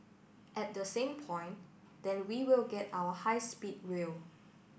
at the same point then we will get our high speed real